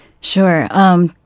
Sure